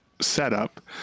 setup